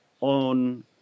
on